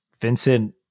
Vincent